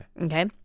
Okay